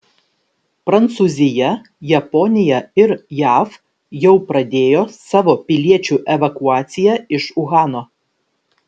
prancūzija japonija ir jav jau pradėjo savo piliečių evakuaciją iš uhano